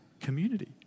community